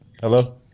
Hello